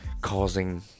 causing